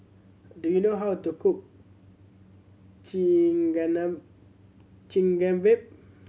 do you know how to cook